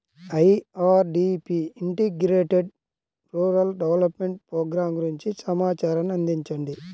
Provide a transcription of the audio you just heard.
IRDP integrated rural development programme గురించి సమాచారాన్ని అందించండి?